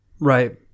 Right